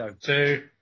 two